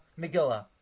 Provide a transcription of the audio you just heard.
Megillah